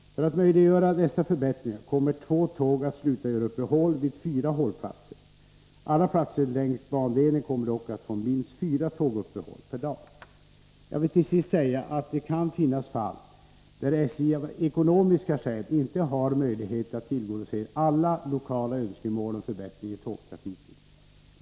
För att möjliggöra dessa förbättringar kommer två tåg att sluta göra uppehåll vid fyra hållplatser. Alla platser längs bandelen kommer dock att få minst fyra tåguppehåll per dag. Jag vill till sist säga att det kan finnas fall där SJ av ekonomiska skäl inte har möjlighet att tillgodose alla lokala önskemål om förbättringar i tågtrafiken.